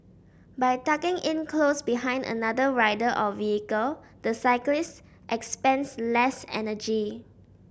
by tucking in close behind another a rider or vehicle the cyclist expends less energy